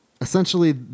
essentially